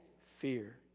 fear